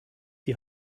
die